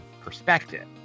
perspective